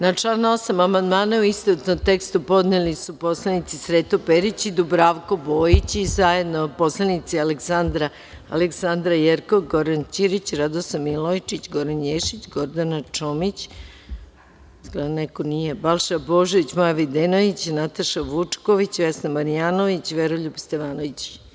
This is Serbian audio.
Na član 8. amandmane, u istovetnom tekstu, podneli su poslanici Sreto Perić i Dubravko Bojić i zajedno poslanici Aleksandra Jerkov, Goran Ćirić, Radoslav Milojičić, Goran Ješić, Gordana Čomić, Balša Božović, Maja Videnović, Nataša Vučković, Vesna Marjanović, Dušan Petrović i Veroljub Stevanović.